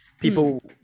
people